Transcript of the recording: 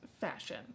fashion